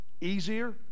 easier